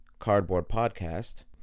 CardboardPodcast